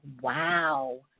wow